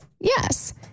Yes